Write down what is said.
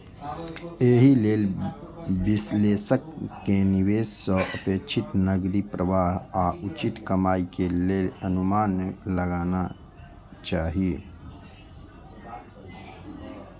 एहि लेल विश्लेषक कें निवेश सं अपेक्षित नकदी प्रवाह आ उचित कमाइ के अनुमान लगाना चाही